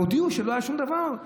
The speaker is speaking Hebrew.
הודיעו שלא היה שום דבר.